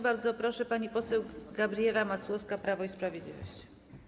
Bardzo proszę, pani poseł Gabriela Masłowska, Prawo i Sprawiedliwość.